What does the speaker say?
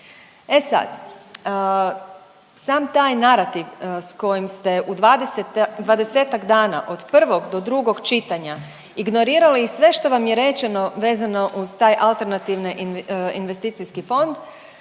E sad, sam taj narativ s kojim ste u 20-ak dana od prvog do drugog čitanja ignorirali sve što vam je rečeno vezano uz taj alternativne investicijski fond,